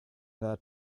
that